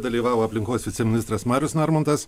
dalyvavo aplinkos viceministras marius narmontas